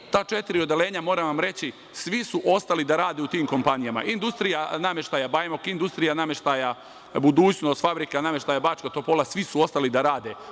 Ali, ta četiri odeljenja, moram vam reći, svi su ostali da rade u tim kompanijama – Industrija nameštaja „Bajmok“, industrija nameštaja „Budućnost“, fabrika nameštaja „Bačka Topola“, svi su ostali da rade.